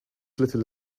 little